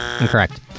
incorrect